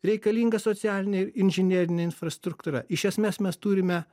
reikalinga socialinė inžinerinė infrastruktūra iš esmės mes turime